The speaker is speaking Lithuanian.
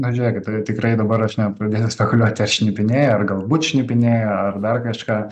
na žiūrėkit tikrai dabar aš nepradėsiu spekuliuoti ar šnipinėja ar galbūt šnipinėja ar dar kažką